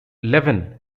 levin